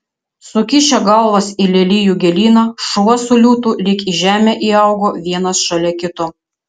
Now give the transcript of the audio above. sukišę galvas į lelijų gėlyną šuo su liūtu lyg į žemę įaugo vienas šalia kito